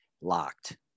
Locked